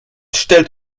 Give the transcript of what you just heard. stellt